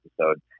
episode